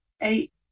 eight